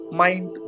mind